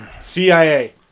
cia